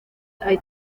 hay